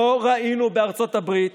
לא ראינו בארצות הברית